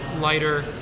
lighter